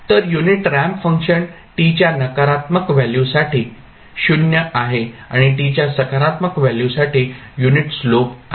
तर unit ramp function t च्या नकारात्मक व्हॅल्यूसाठी 0 आहे आणि t च्या सकारात्मक व्हॅल्यूसाठी युनिट स्लोप आहे